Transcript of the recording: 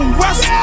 west